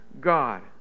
God